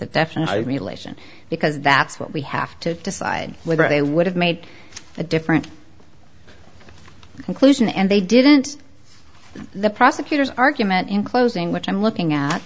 the definite relation because that's what we have to decide whether they would have made a different conclusion and they didn't the prosecutor's argument in closing which i'm looking at